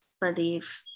believe